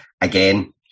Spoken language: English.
Again